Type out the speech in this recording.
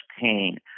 pain